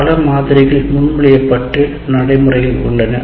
பல மாதிரிகள் முன்மொழியப்பட்டு நடைமுறையில் உள்ளன